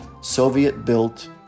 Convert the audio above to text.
Soviet-built